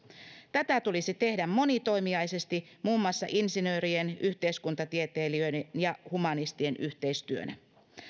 tätä tulisi tehdä monitoimijaisesti muun muassa insinöörien yhteiskuntatieteilijöiden ja humanistien yhteistyönä